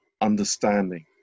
understanding